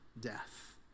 death